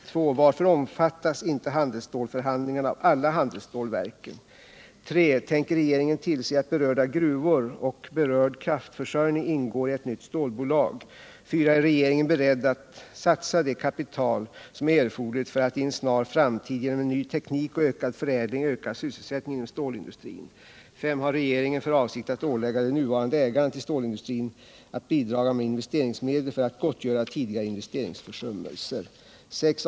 2. Varför omfattas inte handelsstålsförhandlingarna av alla handelsstålverken? 3. Tänker regeringen tillse att berörda gruvor och berörd kraftförsörjning ingår i ett nytt stålbolag? 4. Är regeringen beredd att satsa det kapital som är erforderligt för att i en snar framtid genom ny teknik och ökad förädling öka sysselsättningen inom stålindustrin? 5. Har regeringen för avsikt att ålägga de nuvarande ägarna till stålindustrin att bidraga med investeringsmedel för att gottgöra tidigare investeringsförsummelser? 6.